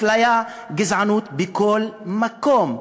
אפליה, גזענות, בכל מקום.